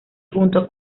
junto